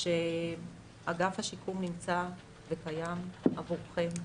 שאגף השיקום נמצא וקיים עבורכם.